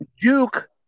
Duke